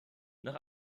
nach